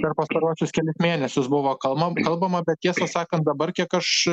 per pastaruosius kelis mėnesius buvo kalbama kalbama bet tiesą sakant dabar kiek aš